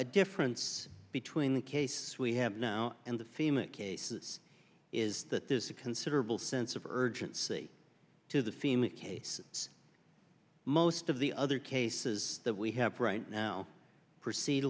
a difference between the case we have now and the fema cases is that there's a considerable sense of urgency to the fema case most of the other cases that we have right now proceed